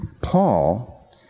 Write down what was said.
Paul